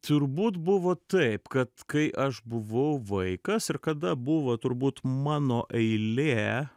turbūt buvo taip kad kai aš buvau vaikas ir kada buvo turbūt mano eilė